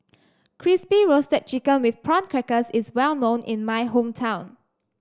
Crispy Roasted Chicken with Prawn Crackers is well known in my hometown